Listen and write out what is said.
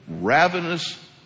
ravenous